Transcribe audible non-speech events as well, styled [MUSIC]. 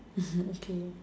[LAUGHS] okay